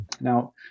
Now